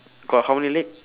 got how many leg